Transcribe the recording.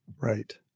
Right